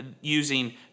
using